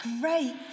great